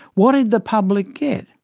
what did the public get?